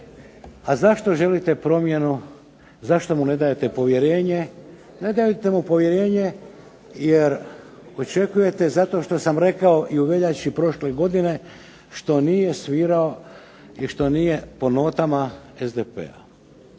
A zašto želite promjenu, zašto mu ne dajete povjerenje? Ne dajete mu povjerenje jer očekujete zato što sam rekao i u veljači prošle godine što nije svirao i što nije po notama SDP-a.